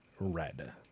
red